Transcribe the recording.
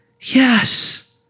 yes